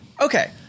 Okay